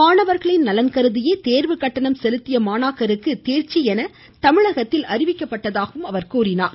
மாணவர்கள் நலன் கருதியே தேர்வு கட்டணம் செலுத்திய மாணாக்கருக்கு தேர்ச்சி என அறிவிக்கப்பட்டதாக அவர் கூறினார்